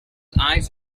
eyes